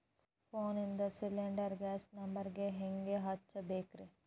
ಫೋನಿಂದ cylinder gas number ಹೆಂಗ್ ಹಚ್ಚ ಬೇಕ್ರಿ?